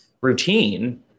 routine